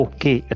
Okay